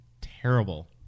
terrible